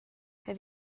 have